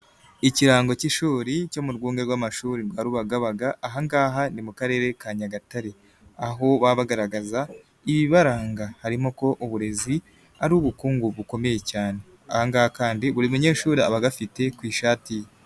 Ikirango cy'ishuri cyo mu rwunge rw'amashuri rwa Rubagabaga ahangaha ni mu karere ka Nyagatare, aho baba bgaragaza ibibaranga harimo ko uburezi ari ubukungu bukomeye cyane. Aha ngaha kandi buri munyeshuri aba agafite ku ishati ye.